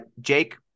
Jake